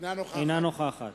אינה נוכחת